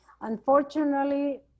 Unfortunately